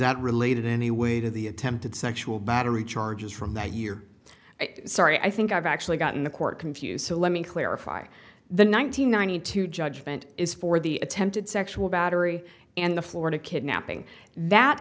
that related in any way to the attempted sexual battery charges from that year sorry i think i've actually gotten the court confused so let me clarify the one thousand nine hundred two judgment is for the attempted sexual battery and the florida kidnapping that